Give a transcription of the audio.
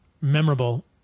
memorable